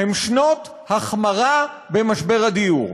הן שנות החמרה במשבר הדיור.